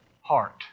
heart